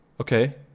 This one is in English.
Okay